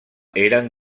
eren